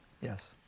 Yes